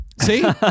See